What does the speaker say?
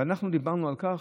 אנחנו דיברנו על כך,